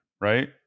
right